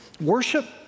worship